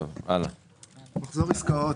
""מחזור עסקאות"